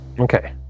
Okay